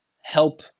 help